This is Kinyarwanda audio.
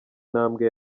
ntambwe